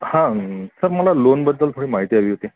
हा सर मला लोनबद्दल थोडी माहिती हवी होती